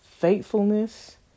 Faithfulness